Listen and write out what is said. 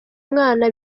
mwana